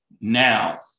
Now